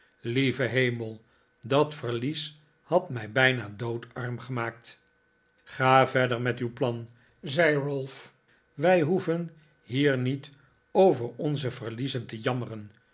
lieve hemel dat verlies had mij bijna doodarm gemaakt ga verder met uw plan zei ralph wij hoeven hier niet over onze verliezen te jammeren